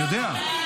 אני הייתי בעד.